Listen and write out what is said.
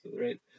right